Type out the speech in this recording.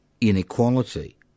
inequality